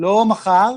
לא מחר,